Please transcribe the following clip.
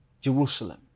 Jerusalem